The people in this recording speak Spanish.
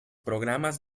programas